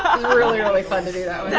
ah um ah really, really fun to do that